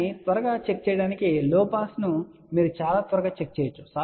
కానీ త్వరగా చెక్ చేయడానికి లో పాస్ ను మీరు చాలా త్వరగా చెక్ చేయవచ్చు